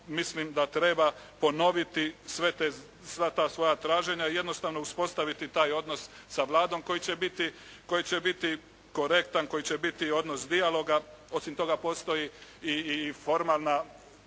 mislim da treba ponoviti sva ta svoja traženja i jednostavno uspostaviti taj odnos sa Vladom koji će biti korektan, koji će biti odnos dijaloga. Osim toga, postoji i formalna